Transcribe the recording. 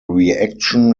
reaction